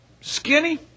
Skinny